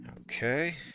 Okay